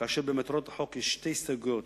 כאשר במטרות החוק יש שתי הסתייגויות